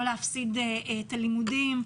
לא להפסיד את הלימודים,